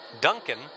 Duncan